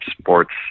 sports